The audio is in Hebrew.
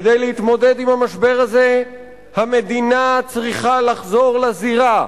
כדי להתמודד עם המשבר הזה המדינה צריכה לחזור לזירה,